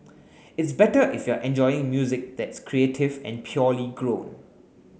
it's better if you're enjoying music that's creative and purely grown